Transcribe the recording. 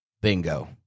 Bingo